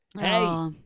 Hey